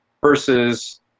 versus